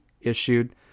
issued